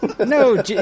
No